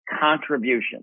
contribution